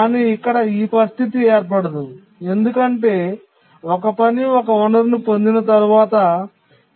కానీ ఇక్కడ ఈ పరిస్థితి ఏర్పడదు ఎందుకంటే ఒక పని ఒక వనరును పొందిన తర్వాత